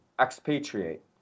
expatriate